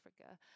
Africa